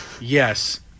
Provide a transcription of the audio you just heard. Yes